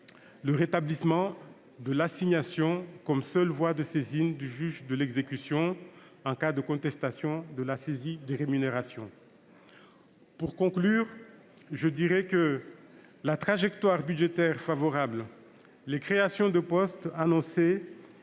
le rétablissement de l'assignation comme seule voie de saisine du juge de l'exécution en cas de contestation de la saisie des rémunérations. Pour conclure, il me semble que la trajectoire budgétaire favorable, les créations de postes annoncées